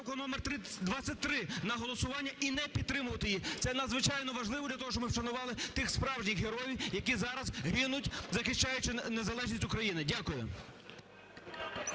номер 23 на голосування і не підтримувати її. Це надзвичайно важливо для того, щоб ми вшанували тих справжніх героїв, які зараз гинуть, захищаючи незалежність України. Дякую.